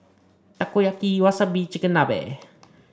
Takoyaki Wasabi and Chigenabe